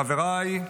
חבריי,